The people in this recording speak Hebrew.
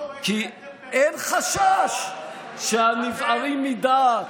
כי אין חשש שהנבערים מדעת,